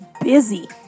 busy